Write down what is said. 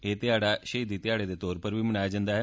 एह् ध्याड़ा शहीदी ध्याड़े दे तौर पर मनाया जंदा ऐ